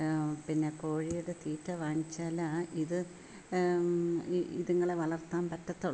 പിന്നെ കോഴിയുടെ തീറ്റ വാങ്ങിച്ചാൽ ആ ഇത് ഇതിങ്ങളെ വളർത്താൻ പറ്റത്തുള്ളു